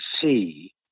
see